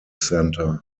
center